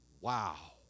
wow